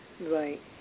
Right